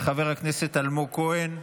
של חבר הכנסת אלמוג כהן.